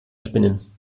spinnen